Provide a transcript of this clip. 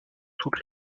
toute